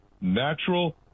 natural